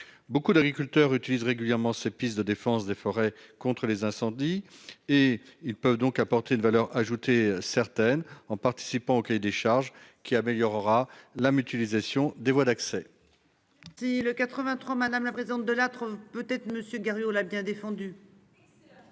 Beaucoup d'agriculteurs utilisent régulièrement ses pistes de défense des forêts contre les incendies et ils peuvent donc apporter une valeur ajoutée certaine en participant clé des charges qui améliorera la mutualisation des voies d'accès. Si le 83. Madame la présidente de la trompe peut-être monsieur Gary là bien défendu.